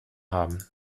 haben